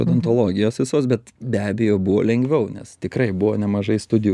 odontologijos visos bet be abejo buvo lengviau nes tikrai buvo nemažai studijų